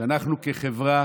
שאנחנו כחברה